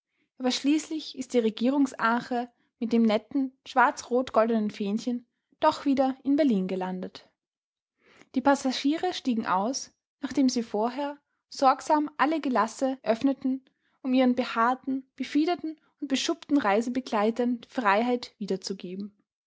aber schließlich ist die regierungsarche mit dem netten schwarzrotgoldenen fähnchen doch wieder in berlin gelandet die passagiere stiegen aus nachdem sie vorher sorgsam alle gelasse öffneten um ihren behaarten befiederten und beschuppten reisebegleitern die freiheit wiederzugeben